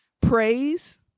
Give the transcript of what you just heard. praise